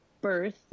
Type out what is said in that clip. birth